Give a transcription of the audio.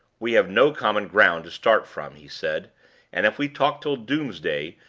we have no common ground to start from, he said and if we talk till doomsday,